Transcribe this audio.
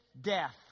death